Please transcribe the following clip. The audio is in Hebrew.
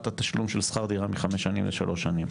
התשלום של שכר דירה מחמש שנים לשלוש שנים: